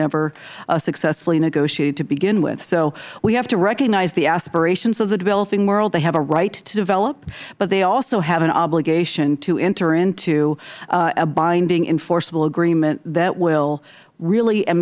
never successfully negotiated to begin with so we have to recognize the aspirations of the developing world they have a right to develop but they also have an obligation to enter into a binding enforceable agreement that will really and